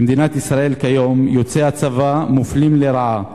במדינת ישראל כיום יוצאי הצבא מופלים לרעה.